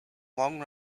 long